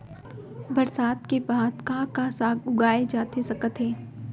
बरसात के बाद का का साग उगाए जाथे सकत हे?